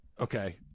Okay